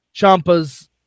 Champa's